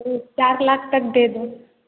ठीक चार लाख तक दे दें